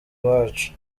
iwacu